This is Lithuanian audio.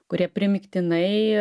kurie primygtinai